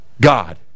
God